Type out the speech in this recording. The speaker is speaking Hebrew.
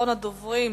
אחרון הדוברים,